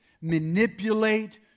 manipulate